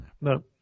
No